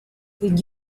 did